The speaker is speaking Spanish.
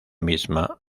misma